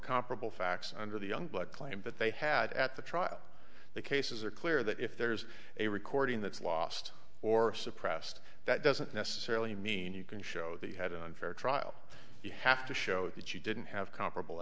comparable facts under the youngblood claim that they had at the trial the cases are clear that if there's a recording that's lost or suppressed that doesn't necessarily mean you can show they had an unfair trial you have to show that you didn't have comparable